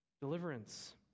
Deliverance